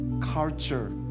culture